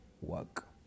work